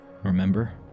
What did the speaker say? Remember